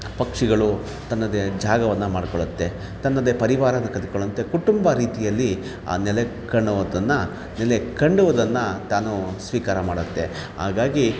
ಪಕ್ಷಿಗಳು ತನ್ನದೇ ಜಾಗವನ್ನು ಮಾಡ್ಕೊಳ್ಳುತ್ತೆ ತನ್ನದೇ ಪರಿವಾರನ ಕಟ್ಕೊಳ್ಳುವಂಥ ಕುಟುಂಬ ರೀತಿಯಲ್ಲಿ ಆ ನೆಲೆ ಕಾಣುವುದನ್ನು ನೆಲೆ ಕಣ್ಣುವುದನ್ನು ತಾನು ಸ್ವೀಕಾರ ಮಾಡುತ್ತೆ ಹಾಗಾಗಿ